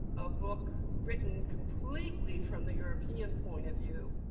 a book written completely from the european point of view,